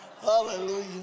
Hallelujah